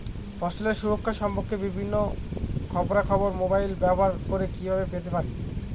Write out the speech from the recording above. ফসলের সুরক্ষা সম্পর্কে বিভিন্ন খবরা খবর মোবাইল ব্যবহার করে কিভাবে পেতে পারি?